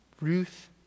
Ruth